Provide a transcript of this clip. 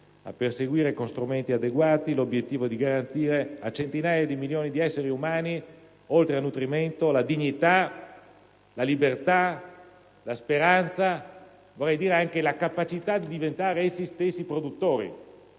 a perseguire con strumenti adeguati l'obiettivo di garantire a centinaia di milioni di esseri umani, oltre al nutrimento, la dignità, la libertà, la speranza e - vorrei dire - anche la capacità di diventare essi stessi produttori,